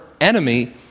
enemy